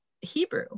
Hebrew